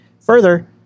further